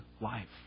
life